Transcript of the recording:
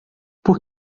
por